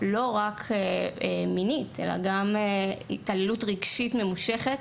לא רק מינית אלא גם בהתעללות רגשית ממושכת.